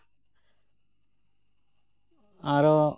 ᱟᱨᱚ